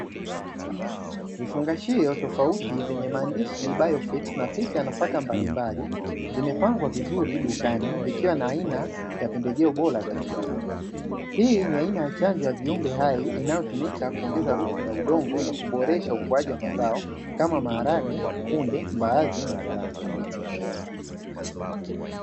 Vifungashio tofauti vyenye maandishi bayofiki na picha za nafaka mbalimbali zimepangwa vizuri dukani zikiwa na aina ya pembejeo bora za kilimo, hii ni aina ya chanjo ya viumbe hai inayotumika kuongeza rutuba ya udongo na kuboresha ukuaji wa mazao kama maharage, kunde, mbaazi na karanga.